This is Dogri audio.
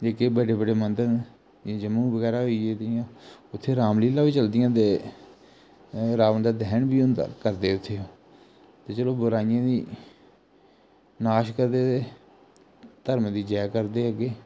जेह्के बड्डे बड्डे मंदर न जि'यां जम्मू बगैरा होई गे जि'यां उत्थै राम लीला बी चलदी आं ते रावण दा दह्न बी होंदा करदे उत्थै ओह् ते चलो बुराइयें दी नाश करदे ते धर्म दी जय करदे अग्गे